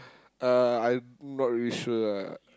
uh I not really sure ah